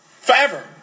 forever